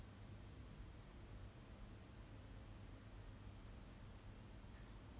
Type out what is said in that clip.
!wah! that one a bit hard for me to answer also ah cause I'm also not a guy so like